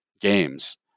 games